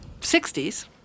60s